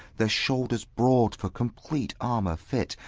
their shoulders broad for complete armour fit,